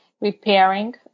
repairing